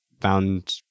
found